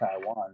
Taiwan